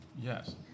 Yes